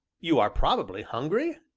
you are probably hungry?